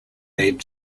aid